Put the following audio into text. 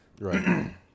Right